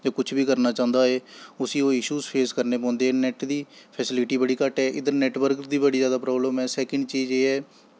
जां कुछ बी करना चांह्दा होए उस्सी ओह् इशू फेस करने पौंदे नैट दी फैसिलिटी बड़ी घट्ट ऐ इद्धर नैटवर्क दी बड़ी जादा प्राब्लम ऐ सैंकड़ चीज एह् ऐ